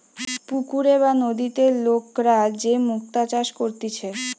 পুকুরে বা নদীতে লোকরা যে মুক্তা চাষ করতিছে